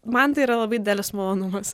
man tai yra labai didelis malonumas